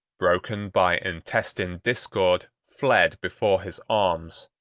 broken by intestine discord, fled before his arms.